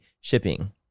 shipping